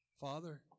Father